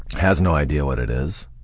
has no idea what it is,